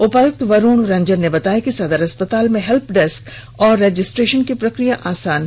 उपायुक्त वरूण रंजन ने बताया कि सदर अस्पताल में हेल्पडेस्क तथा रजिस्ट्रेशन की प्रक्रिया आसान होगी